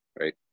right